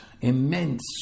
immense